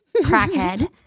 crackhead